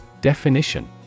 definition